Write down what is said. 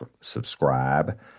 subscribe